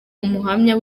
umuhamya